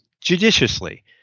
judiciously